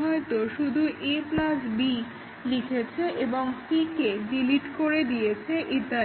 হয়ত শুধু a b লিখেছে এবং c কে ডিলিট করে দিয়েছে ইত্যাদি